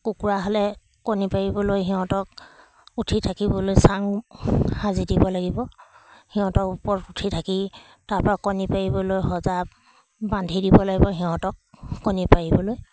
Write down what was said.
কুকুৰা হ'লে কণী পাৰিবলৈ সিহঁতক উঠি থাকিবলৈ চাং সাজি দিব লাগিব সিহঁতক ওপৰত উঠি থাকি তাৰ পৰা কণী পাৰিবলৈ সজা বান্ধি দিব লাগিব সিহঁতক কণী পাৰিবলৈ